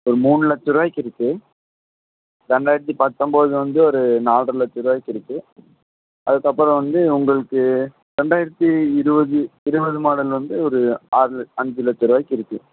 ஒரு மூணு லட்ச ரூபாய்க்கு இருக்குது ரெண்டாயிரத்தி பத்தொன்போது வந்து ஒரு நாலரை லட்ச ரூபாய்க்கு இருக்குது அதுக்கப்புறம் வந்து உங்களுக்கு ரெண்டாயிரத்தி இருபது இருபது மாடல் வந்து ஒரு ஆறு அஞ்சு லட்ச ரூபாய்க்கு இருக்குது